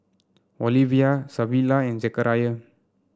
Olivia Savilla and Zachariah